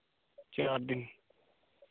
चार दिन